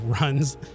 runs